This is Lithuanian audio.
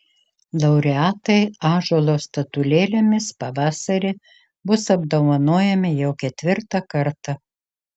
laureatai ąžuolo statulėlėmis pavasarį bus apdovanojami jau ketvirtą kartą